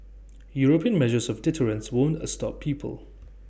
european measures of deterrence won't A stop people